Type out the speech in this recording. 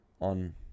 on